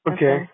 Okay